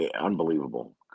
unbelievable